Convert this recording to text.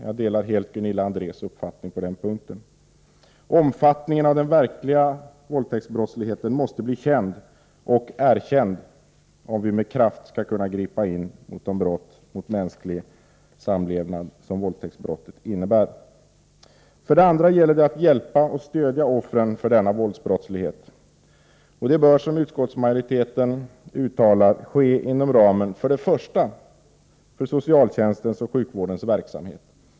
Jag delar helt Gunilla Andrés uppfattning på denna punkt. Omfattningen av den verkliga våldtäktsbrottsligheten måste bli känd och erkänd om vi med kraft skall kunna gripa in mot det brott mot mänsklig samlevnad som våldtäktsbrottet innebär. Vidare gäller det att hjälpa och stödja offren för denna våldsbrottslighet. Det bör, som utskottsmajoriteten uttalar, i första hand ske inom ramen för socialtjänstens och sjukvårdens verksamhet.